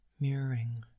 Mirroring